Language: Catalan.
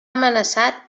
amenaçat